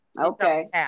Okay